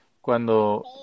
cuando